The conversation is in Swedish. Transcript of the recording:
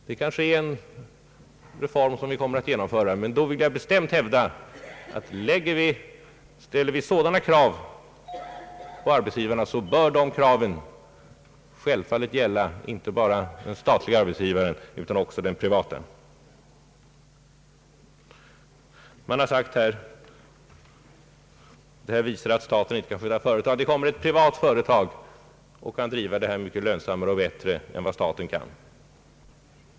Det är en reform som vi kanske kommer att genomföra en gång, men jag vill bestämt hävda att ställer man sådana krav på arbetsgivarna, så skall det kravet självfallet gälla inte bara statliga arbetsgivare utan också de privata. Man har här sagt att staten inte skall driva företag. Det kommer nu ett privat företag, som kan bedriva verksamheten mycket bättre och lönsammare än vad staten kan.